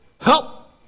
help